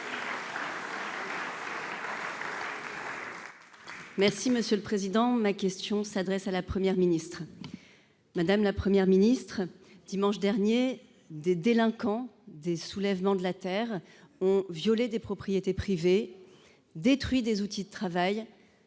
Merci monsieur le président, ma question s'adresse à la Première ministre. Madame, la Première ministre dimanche dernier des délinquants des soulèvements de la Terre ont violé des propriétés privées. Détruit des outils de travail